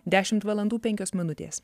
dešimt valandų penkios minutės